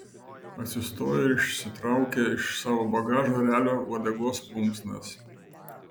atsistojo ir išsitraukė iš savo bagažo erelio uodegos plunksnas